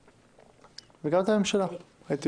מעמדה וגם את הממשלה.